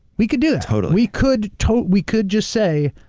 we could do that. totally. we could totally, we could just say,